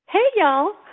hey, y'all.